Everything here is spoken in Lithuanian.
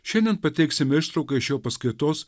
šiandien pateiksime ištrauką iš jo paskaitos